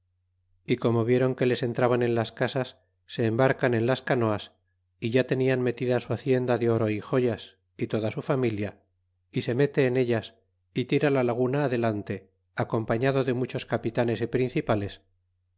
y como viéron que les entraban en las casas se embarcan en las ca ioas ya tenian metida su hacienda de oro y jo as y toda su familia y se mete en ellas y tira la laguna adelante acompañado de muchos capitanes y principales